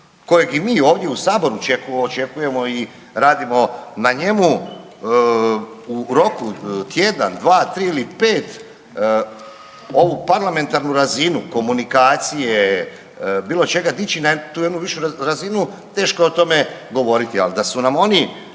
kojeg i mi ovdje u saboru očekujemo i radimo na njemu u roku tjedan, dva, tri ili pet ovu parlamentarnu razinu komunikacije bilo čega dići na tu jednu višu razinu teško je o tome govoriti. Ali da su nam oni